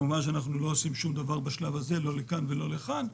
כמובן שאנחנו לא עושים שום דבר בשלב הזה לכאן או לכאן.